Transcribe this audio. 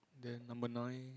and number nine